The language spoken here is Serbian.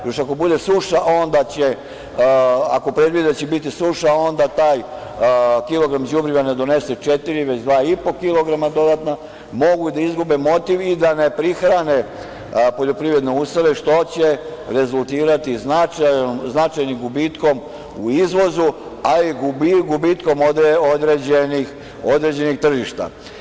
Još ako predvide da će biti suša onda taj kilogram đubriva ne donose četiri već dva i po kilograma dodatna i mogu da izgube motiv da ne prihrane poljoprivredne useve, što će rezultirati značajnim gubitkom u izvozu, a i gubitkom određenih tržišta.